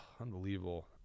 unbelievable